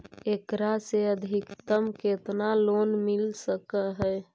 एकरा से अधिकतम केतना लोन मिल सक हइ?